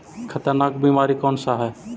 खतरनाक बीमारी कौन सा है?